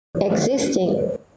existing